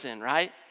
Right